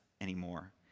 anymore